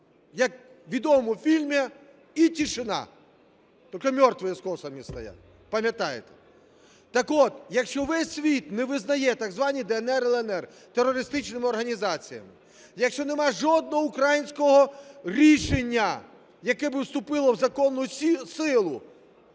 Як у відомому фільмі: "И тишина – только мертвые с косами стоят". Пам'ятаєте. Так от, якщо весь світ не визнає так звані "ДНР" і "ЛНР" терористичними організаціями, якщо нема жодного українського рішення, яке би вступило в законну силу,